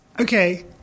Okay